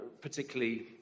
particularly